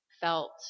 felt